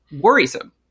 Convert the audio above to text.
worrisome